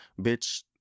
Bitch